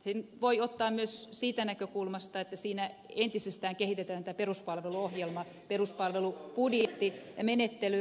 sen voi ottaa myös siitä näkökulmasta että siinä entisestään kehitetään peruspalveluohjelmaa peruspalvelubudjettimenettelyä